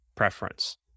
preference